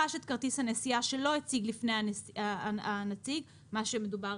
את כרטיס הנסיעה שלא הציג לפני הנציג - מה שמדובר